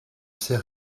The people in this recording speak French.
ces